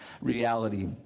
reality